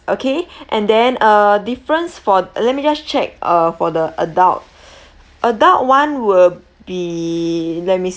okay and then uh difference for let me just check uh for the adult adult one will be let me